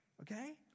Okay